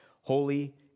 holy